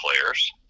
players